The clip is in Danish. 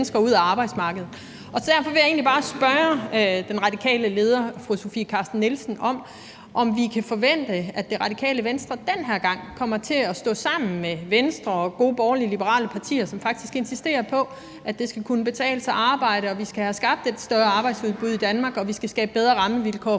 fru Sofie Carsten Nielsen, om vi kan forvente, at Det Radikale Venstre den her gang kommer til at stå sammen med Venstre og gode borgerlige, liberale partier, som faktisk insisterer på, at det skal kunne betale sig at arbejde, at vi skal have skabt et større arbejdsudbud i Danmark, og at vi skal skabe bedre rammevilkår for vores